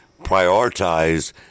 prioritize